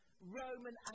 Roman